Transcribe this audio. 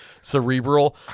cerebral